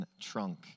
trunk